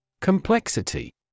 Complexity